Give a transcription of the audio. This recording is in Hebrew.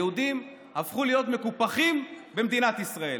היהודים הפכו להיות מקופחים במדינת ישראל,